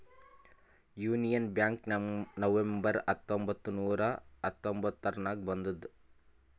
union bank November ಹತ್ತೊಂಬತ್ತ್ ನೂರಾ ಹತೊಂಬತ್ತುರ್ನಾಗ್ ಬಂದುದ್